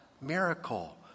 miracle